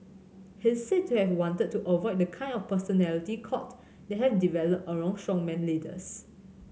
he is said to have wanted to avoid the kind of personality cult that had develop around strongman leaders